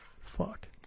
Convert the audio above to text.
fuck